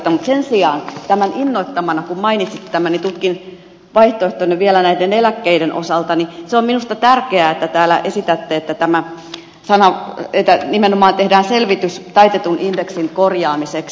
mutta sen sijaan tämän innoittamana kun mainitsit tämän niin tutkin vaihtoehtoina vielä näiden eläkkeiden osalta ja se on minusta tärkeää että täällä esitätte että nimenomaan tehdään selvitys taitetun indeksin korjaamiseksi